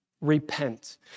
Repent